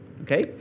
Okay